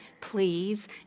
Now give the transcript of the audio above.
please